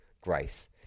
Grace